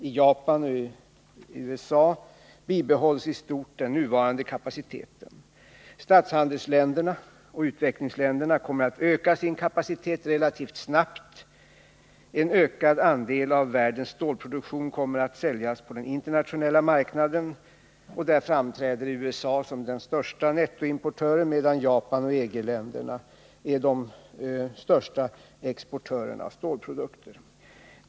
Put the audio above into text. I Japan och USA bibehålls i stort sett den nuvarande kapaciteten. Statshandelsländerna och utvecklingsländerna kommer att öka sin kapacitet relativt snabbt. En ökande andel av världens stålproduktion kommer att säljas på den internationella marknaden, och där framträder USA som den stora nettoimportören, medan Japan och EG-länderna är de största exportörerna av stålprodukter.